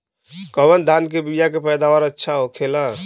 कवन धान के बीया के पैदावार अच्छा होखेला?